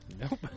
Nope